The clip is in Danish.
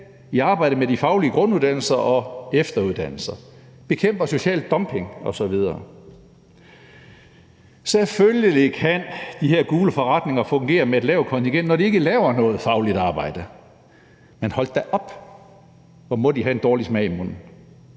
i arbejdet med de faglige grunduddannelser og efteruddannelser, bekæmper social dumping osv. Selvfølgelig kan de her gule forretninger fungere med et lavt kontingent, når de ikke laver noget fagligt arbejde, men hold da op, hvor må de have en dårlig smag i munden.